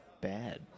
bad